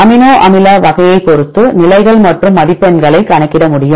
amino அமில வகையை பொறுத்து நிலைகள் மற்றும் மதிப்பெண் கணக்கிட முடியும்